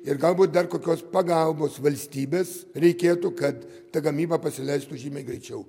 ir galbūt dar kokios pagalbos valstybės reikėtų kad ta gamyba pasileistų žymiai greičiau